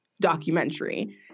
documentary